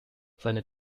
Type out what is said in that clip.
seine